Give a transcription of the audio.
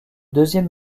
deuxième